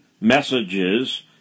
messages